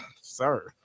sir